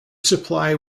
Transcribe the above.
supply